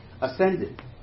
ascended